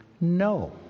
No